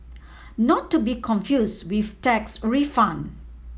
not to be confused with tax refund